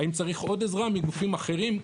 האם צריך עוד עזרה מגופים אחרים?